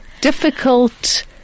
difficult